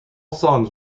songs